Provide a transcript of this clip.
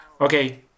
okay